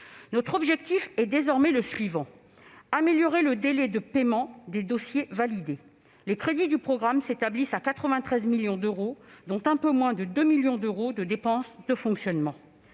Notre objectif est désormais d'améliorer le délai de paiement des dossiers validés. Les crédits de ce programme s'établissent à 93 millions d'euros, dont un peu moins de 2 millions d'euros de dépenses de fonctionnement.